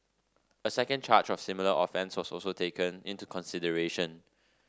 a second charge of similar offence also taken into consideration